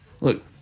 look